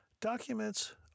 documents